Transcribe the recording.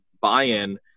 buy-in